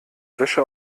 wäsche